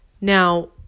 Now